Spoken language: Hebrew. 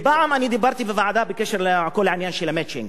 ופעם אני דיברתי בוועדה בקשר לכל העניין של ה"מצ'ינג",